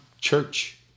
church